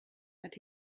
but